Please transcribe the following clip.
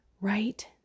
right